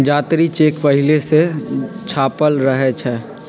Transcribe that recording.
जात्री चेक पहिले से छापल रहै छइ